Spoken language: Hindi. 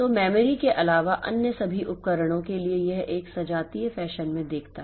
तो मेमोरी के अलावा अन्य सभी उपकरणों के लिए यह एक सजातीय फैशन में देखता है